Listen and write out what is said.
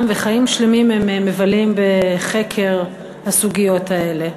והם מבלים חיים שלמים בחקר הסוגיות האלה.